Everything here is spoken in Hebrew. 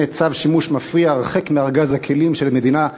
"צו שימוש מפריע" הרחק מארגז הכלים של המדינה,